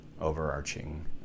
overarching